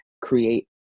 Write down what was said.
create